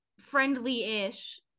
friendly-ish